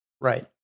Right